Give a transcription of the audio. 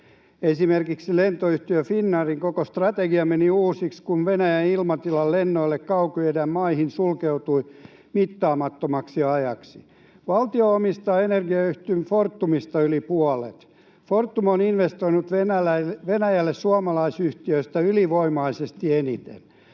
Esimerkiksi lentoyhtiö Finnairin koko strategia meni uusiksi, kun Venäjän ilmatila lennoille Kaukoidän maihin sulkeutui mittaamattomaksi ajaksi. Valtio omistaa energiayhtiö Fortumista yli puolet. Fortum on investoinut Venäjälle suomalaisyhtiöistä ylivoimaisesti eniten.